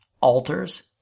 altars